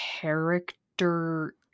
character